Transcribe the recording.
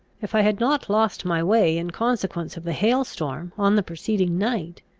if i had not lost my way in consequence of the hail-storm on the preceding night,